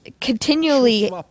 continually